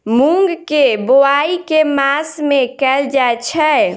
मूँग केँ बोवाई केँ मास मे कैल जाएँ छैय?